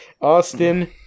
Austin